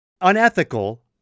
unethical